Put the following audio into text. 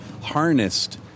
harnessed